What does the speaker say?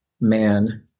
man